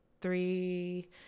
three